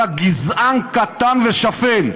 אתה גזען קטן ושפל.